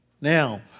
Now